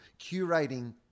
curating